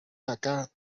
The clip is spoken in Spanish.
acá